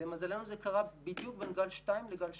למזלנו, זה קרה בדיוק בין גל שניים לגל שלוש.